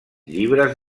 llibres